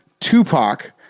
Tupac